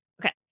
Okay